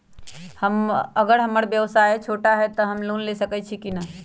अगर हमर व्यवसाय छोटा है त हम लोन ले सकईछी की न?